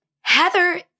Heather